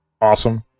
Awesome